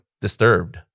disturbed